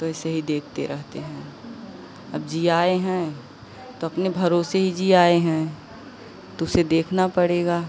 तो ऐसे ही देखते रहते हैं अब जियाए हैं तो अपने भरोसे ही जियाए हैं तो उसे देखना पड़ेगा